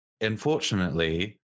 Unfortunately